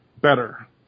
better